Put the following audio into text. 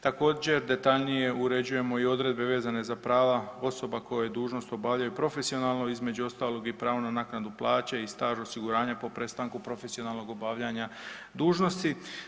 Također detaljnije uređujemo i odredbe vezane za prava osoba koje dužnost obavljaju profesionalno između ostalog i pravi na naknadu plaće i staža osiguranja po prestanku profesionalnog obavljanja dužnosti.